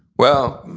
well,